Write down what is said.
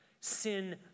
sin